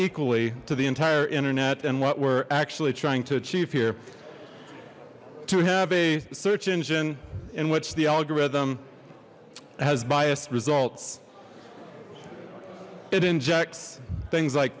equally to the entire internet and what we're actually trying to achieve here to have a search engine in which the algorithm has biased results it injects things like